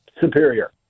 superior